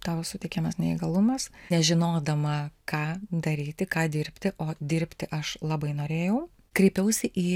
tau suteikiamas neįgalumas nežinodama ką daryti ką dirbti o dirbti aš labai norėjau kreipiausi į